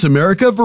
America